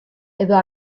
edo